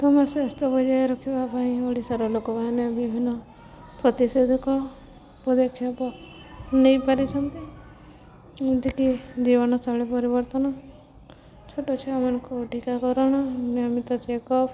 ଉତ୍ତମ ସ୍ୱାସ୍ଥ୍ୟ ବଜାୟ ରଖିବା ପାଇଁ ଓଡ଼ିଶାର ଲୋକମାନେ ବିଭିନ୍ନ ପ୍ରତିଷେଧକ ପଦକ୍ଷେପ ନେଇପାରିଛନ୍ତି ଯେମିତିକି ଜୀବନଶୈଳୀ ପରିବର୍ତ୍ତନ ଛୋଟ ଛୁଆମାନଙ୍କୁ ଟୀକାକରଣ ନିୟମିତ ଚେକଅପ୍